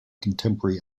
contemporary